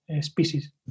species